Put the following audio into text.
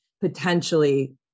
potentially